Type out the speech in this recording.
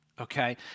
Okay